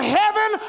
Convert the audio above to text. heaven